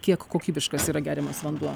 kiek kokybiškas yra geriamas vanduo